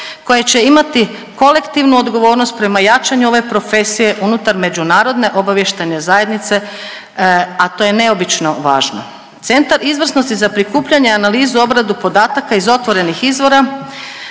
koje će imati kolektivnu odgovornost prema jačanju ove profesije unutar međunarodne obavještajne zajednice, a to je neobično važno. Centar izvrsnosti za prikupljanje, analizu i obradu podataka iz otvorenih izvora